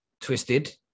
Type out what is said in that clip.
Twisted